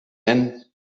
and